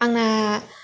आंना